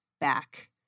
back